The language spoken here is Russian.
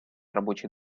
рабочий